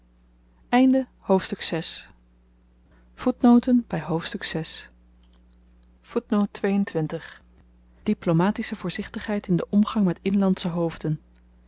hoofdstuk hoofdstuk diplomatische voorzichtigheid in den omgang met inlandsche hoofden